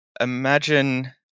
Imagine